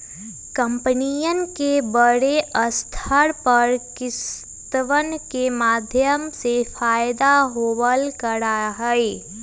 कम्पनियन के बडे स्तर पर किस्तवन के माध्यम से फयदा होवल करा हई